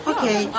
Okay